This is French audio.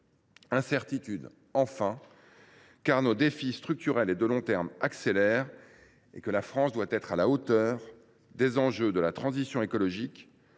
Incertitudes enfin, car nos défis structurels et de long terme s’accélèrent, tandis que la France doit être à la hauteur des enjeux de la transition écologique,